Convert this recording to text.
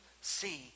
see